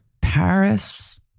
Paris